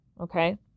Okay